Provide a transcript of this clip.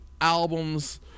albums